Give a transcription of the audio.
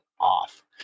off